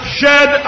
shed